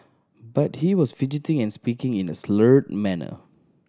but he was fidgeting and speaking in a slurred manner